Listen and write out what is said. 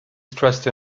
stressed